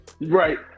right